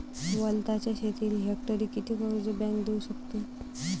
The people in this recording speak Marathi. वलताच्या शेतीले हेक्टरी किती कर्ज बँक देऊ शकते?